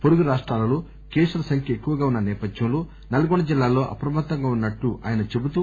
పొరుగు రాష్టాలలో కేసుల సంఖ్య ఎక్కువగా ఉన్న సేపథ్యంలో నల్గొండ జిల్లాలో అప్రమత్తంగా ఉన్నట్టు ఆయన చెబుతూ